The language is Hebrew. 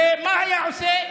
ומה היה עושה?